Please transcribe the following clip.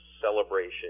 Celebration